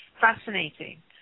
fascinating